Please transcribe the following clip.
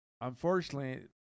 unfortunately